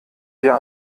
wir